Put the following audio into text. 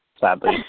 sadly